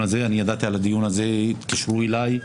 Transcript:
הזה אני ידעתי על הדיון הזה התקשרו אליי,